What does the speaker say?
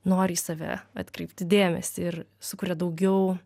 nori į save atkreipti dėmesį ir sukuria daugiau